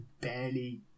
barely